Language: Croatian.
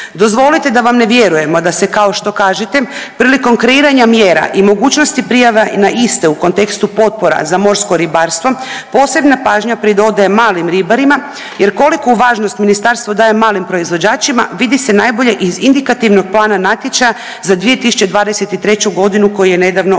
Dozvolite da vam ne vjerujemo da se kao što kažete prilikom kreiranja mjera i mogućnosti prijava na iste u kontekstu potpora za morsko ribarstvo posebna pažnja pridodaje malim ribarima jer koliku važnost ministarstvo daje malim proizvođačima vidi se najbolje iz indikativnog plana natječaja za 2023. godinu koji je nedavno objavljen.